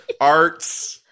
arts